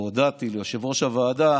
והודעתי ליושב-ראש הוועדה